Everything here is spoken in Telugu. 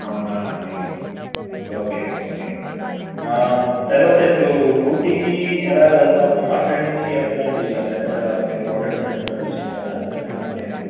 అవునా అండి ఓకే ఓకే తరువాత ఇప్పుడు ఊటీకి ఎలా వెళ్తాము అక్కడ నుంచి ఎలా అండి అక్కడెక్కడ మీరు హోటల్స్ అని ముందులాగా చూసుకుంటారా ఎలా అండి అది